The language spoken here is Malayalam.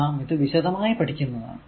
നാം ഇത് വിശദമായി പഠിക്കുന്നതാണ്